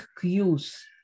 cues